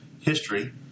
history